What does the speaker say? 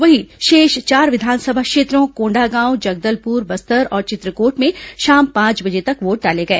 वहीं शेष चार विधानसभा क्षेत्रों कोंडागांव जगदलपुर बस्तर और चित्रकोट में शाम पांच बजे तक वोट डाले गए